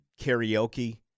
karaoke